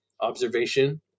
observation